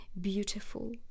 beautiful